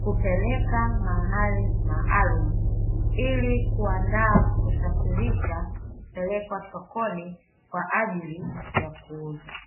kupeleka mahali maalumu ili kuandaa, kusafirisha kupelekwa sokoni kwa ajili ya kuuza.